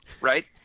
right